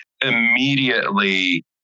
immediately